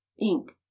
ink